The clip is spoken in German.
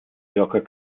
yorker